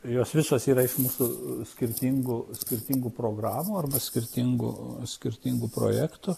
jos visos yra iš mūsų skirtingų skirtingų programų arba skirtingų skirtingų projektų